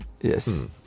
yes